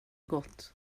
gått